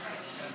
חסון